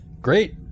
Great